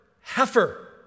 heifer